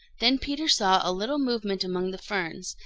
then peter saw a little movement among the ferns,